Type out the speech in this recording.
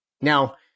now